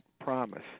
promise